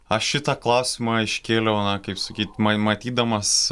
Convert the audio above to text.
aš šitą klausimą iškėliau na kaip sakyti ma matydamas